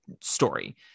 story